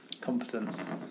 competence